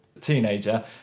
teenager